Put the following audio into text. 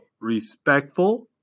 respectful